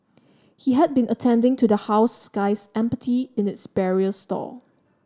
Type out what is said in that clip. he had been attending to the house Sky Empathy in its barrier stall